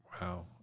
Wow